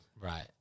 Right